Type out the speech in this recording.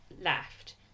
left